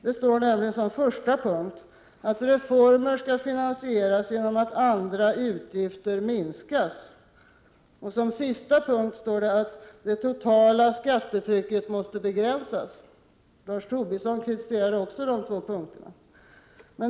Det står nämligen som första punkt att reformer skall finansieras genom att andra utgifter minskas. Som sista punkt står att det totala skattetrycket måste begränsas. Lars Tobisson kritiserade också dessa två punkter.